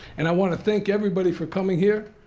and i want to thank everybody for coming here,